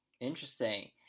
Interesting